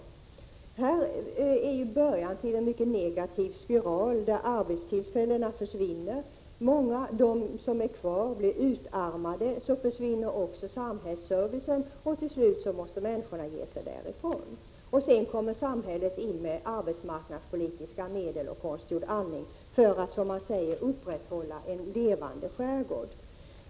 Vi ser här början på en mycket negativ spiral. Arbetstillfällen försvinner, och många av dem som blir kvar blir utarmade på arbetsuppgifter. Så försvinner samhällsservicen, och till slut måste människorna ge sig från platsen. Sedan går samhället in med arbetsmarknadspolitiska medel och konstgjord andning för att, som man säger, upprätthålla en levande skärgård.